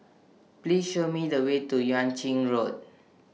Please Show Me The Way to Yuan Ching Road